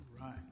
right